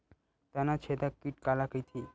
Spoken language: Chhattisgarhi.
तनाछेदक कीट काला कइथे?